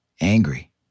Angry